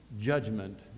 judgment